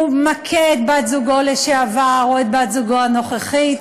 מכה את בת-זוגו לשעבר או את בת-זוגו הנוכחית.